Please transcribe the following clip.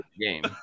game